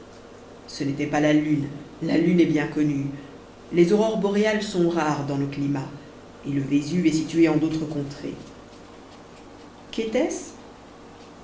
ce n'était pas la lune la lune est bien connue les aurores boréales sont rares dans nos climats et le vésuve est situé en d'autres contrées